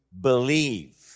believe